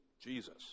Jesus